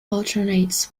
alternates